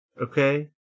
Okay